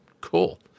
Cool